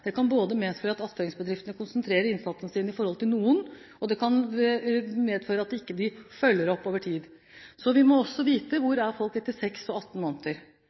Det kan medføre både at atføringsbedriften konsentrerer innsatsen sin om noen, og det kan medføre at de ikke følger opp over tid. Vi må også vite hvor folk er etter 6 og 18 måneder.